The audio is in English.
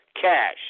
cash